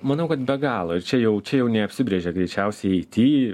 manau kad be galo ir čia jau čia jau neapsibrėžia greičiausiai aity